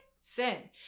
Sin